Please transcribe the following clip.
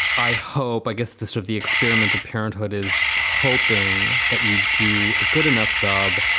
i hope i guess this of the experiment of parenthood is hoping that you do a good enough job,